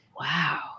wow